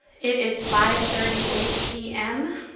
it is five thirty eight p m.